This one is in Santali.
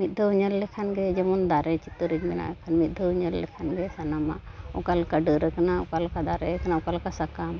ᱢᱤᱫ ᱫᱷᱟᱣ ᱧᱮᱞ ᱞᱮᱠᱷᱟᱱ ᱜᱮ ᱡᱮᱢᱚᱱ ᱫᱟᱨᱮ ᱪᱤᱛᱟᱹᱨᱤᱧ ᱵᱮᱱᱟᱣ ᱠᱷᱟᱱ ᱢᱤᱫ ᱫᱷᱟᱹᱣ ᱧᱮᱞ ᱞᱮᱠᱷᱟᱱ ᱜᱮ ᱥᱟᱱᱟᱢᱟᱜ ᱚᱠᱟᱞᱮᱠᱟ ᱰᱟᱹᱨᱟᱠᱟᱱᱟ ᱚᱠᱟᱞᱮᱠᱟ ᱫᱟᱨᱮᱭᱟᱠᱟᱱᱟ ᱚᱠᱟᱞᱮᱠᱟ ᱥᱟᱠᱟᱢ